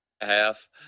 Half